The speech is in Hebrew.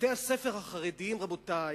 בתי-הספר החרדיים, רבותי,